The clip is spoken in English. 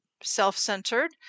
self-centered